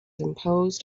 imposed